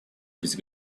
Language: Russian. быть